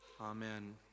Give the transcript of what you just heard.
Amen